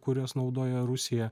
kuriuos naudoja rusija